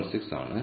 7516 ആണ്